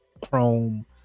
chrome